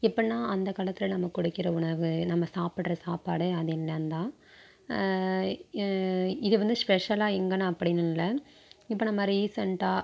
இப்போ நான் அந்த காலத்தில் நமக்கு கிடைக்கிற உணவு நம்ம சாப்பிட்ற சாப்பாடு அது என்னாம் தான் இது வந்து ஸ்பெஷலாக எங்கனு அப்படினு இல்லை இப்போ நம்ம ரிசெண்ட்டாக